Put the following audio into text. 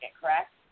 correct